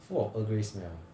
full of earl grey smell eh